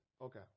Okay